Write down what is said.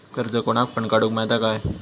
कर्ज कोणाक पण काडूक मेलता काय?